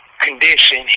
condition